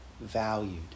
valued